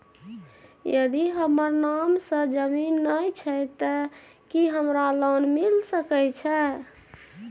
यदि हमर नाम से ज़मीन नय छै ते की हमरा लोन मिल सके छै?